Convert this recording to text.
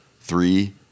three